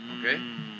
Okay